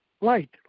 light